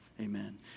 amen